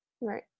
Right